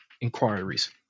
inquiries